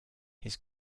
his